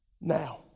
now